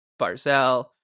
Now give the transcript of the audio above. Barzell